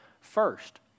first